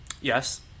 yes